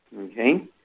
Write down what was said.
Okay